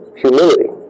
humility